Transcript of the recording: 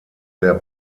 der